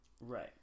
Right